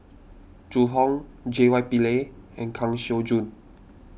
Zhu Hong J Y Pillay and Kang Siong Joo